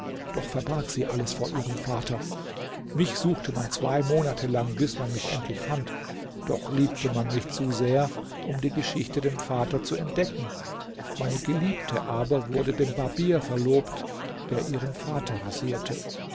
doch verbarg sie alles vor ihrem vater mich suchte man zwei monate lang bis man mich endlich fand doch liebte man mich zu sehr um die geschichte dem vater zu entdecken meine geliebte aber wurde dem barbier verlobt der ihren vater rasierte